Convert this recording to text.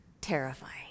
terrifying